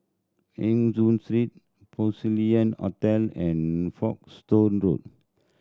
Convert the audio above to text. Eng Hoon Street Porcelain Hotel and Folkestone Road